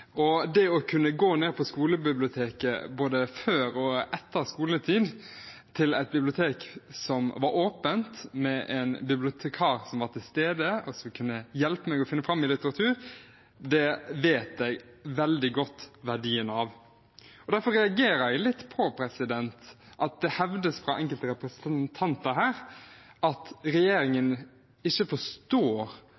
egentlig. Det å kunne gå ned på skolebiblioteket, både før og etter skoletid, til et bibliotek som var åpent, med en bibliotekar som var til stede og kunne hjelpe meg å finne fram til litteratur, vet jeg veldig godt verdien av. Derfor reagerer jeg litt på at det hevdes fra enkelte representanter her at regjeringen